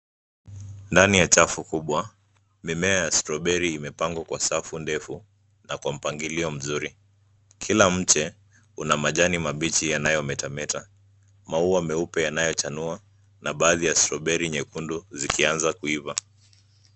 Ndani ya chafu kubwa, mimea ya strawberry imepangwa kwa safu ndefu na kwa mpangilio mzuri. Kila mche una majani mabichi yanayometameta. Maua meupe yanayochanua na baadhi ya strawberry nyekundu zikianza kuiva.